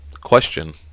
question